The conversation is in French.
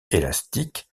élastique